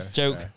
joke